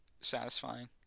satisfying